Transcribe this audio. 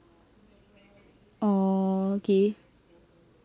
oh okay